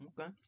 Okay